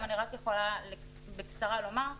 אבל אני רק יכולה בקצרה לומר,